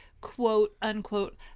quote-unquote